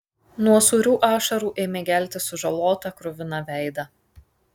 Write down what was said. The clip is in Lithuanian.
nuo sūrių ašarų ėmė gelti sužalotą kruviną veidą